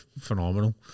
phenomenal